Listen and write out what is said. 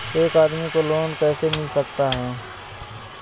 एक आदमी को लोन कैसे मिल सकता है?